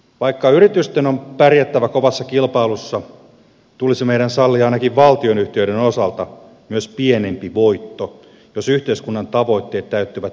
vaikka yritysten on pärjättävä kovassa kilpailussa tulisi meidän sallia ainakin valtionyhtiöiden osalta myös pienempi voitto jos yhteiskunnan tavoitteet täyttyvät työllistämisen kautta